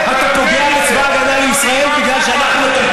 אנחנו נטרטר אתכם, כי אלה הכלים.